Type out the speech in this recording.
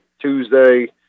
Tuesday